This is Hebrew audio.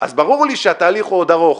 אז ברור לי שהתהליך הוא עוד ארוך,